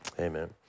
amen